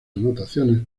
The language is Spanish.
anotaciones